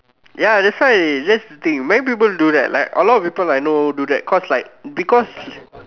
ya that's dey that's the thing many people do that like a lot of people I know do that cause like because